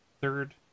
third